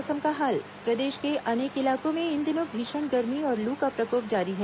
मौसम प्रदेश के अनेक इलाकों में इन दिनों भीषण गर्मी और लू का प्रकोप जारी है